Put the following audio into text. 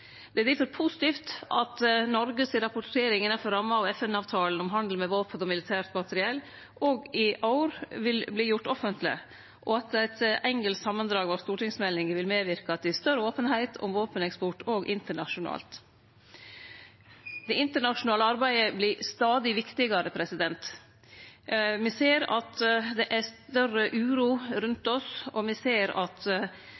Det er difor positivt at Noreg si rapportering innanfor ramma av FN-avtalen om handel med våpen og militært materiell òg i år vil verte gjord offentleg, og at eit engelsk samandrag av stortingsmeldinga vil medverke til større openheit om våpeneksport òg internasjonalt. Det internasjonale arbeidet vert stadig viktigare. Me ser at det er større uro